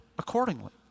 accordingly